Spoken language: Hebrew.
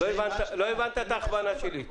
לא הבנת את ההכוונה שלי.